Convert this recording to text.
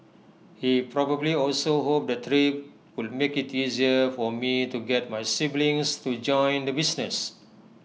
he probably also hoped the trip would make IT easier for me to get my siblings to join the business